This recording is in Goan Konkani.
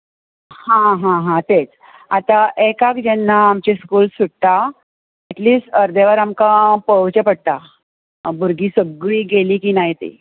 हां हां हां तेंच आतां एकाक जेन्ना आमचें स्कूल सुट्टा एट लिस्ट अर्दें वर आमकां पळोवचें पडटा भुरगीं सगळीं गेलीं की ना तीं